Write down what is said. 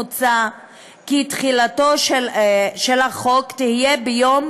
מוצע כי תחילתו של החוק תהיה ביום